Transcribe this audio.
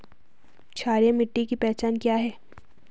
क्षारीय मिट्टी की पहचान क्या है?